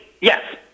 Yes